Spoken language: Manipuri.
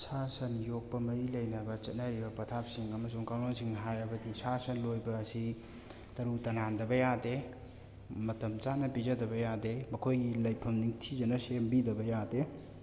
ꯁꯥ ꯁꯟ ꯌꯣꯛꯄ ꯃꯔꯤ ꯂꯩꯅꯕ ꯆꯠꯅꯔꯤꯕ ꯄꯊꯥꯞꯁꯤꯡ ꯑꯃꯁꯨꯡ ꯀꯥꯡꯂꯣꯟꯁꯤꯡ ꯍꯥꯏꯔꯕꯗꯤ ꯁꯥ ꯁꯟ ꯂꯣꯏꯕ ꯑꯁꯤ ꯇꯔꯨ ꯇꯅꯥꯟꯗꯕ ꯌꯥꯗꯦ ꯃꯇꯝ ꯆꯥꯅ ꯄꯤꯖꯗꯕ ꯌꯥꯗꯦ ꯃꯈꯣꯏꯒꯤ ꯂꯩꯐꯝ ꯅꯤꯡꯊꯤꯖꯅ ꯁꯦꯝꯕꯤꯗꯕ ꯌꯥꯗꯦ